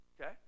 okay